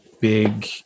big